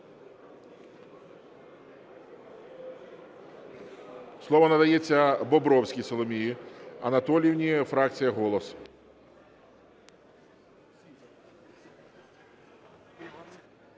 Слово надається Бобровській Соломії Анатоліївні, фракція "Голос".